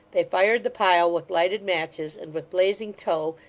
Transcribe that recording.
they fired the pile with lighted matches and with blazing tow,